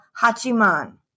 Hachiman